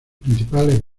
principales